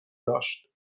داشت